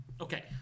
Okay